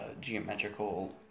geometrical